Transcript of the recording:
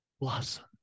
blossom